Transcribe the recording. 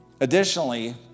Additionally